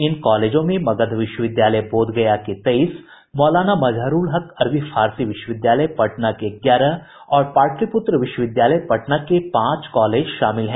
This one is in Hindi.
इन कॉलेजों में मगध विश्वविद्यालय बोधगया के तेईस मौलाना मजहरूल हक अरबी फारसी विश्वविद्यालय पटना के ग्यारह और पाटलिपुत्र विश्वविद्यालय पटना के पांच कॉलेज शामिल हैं